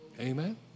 Amen